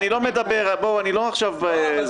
אני לא מדבר אני רק אומר ----- פשוט.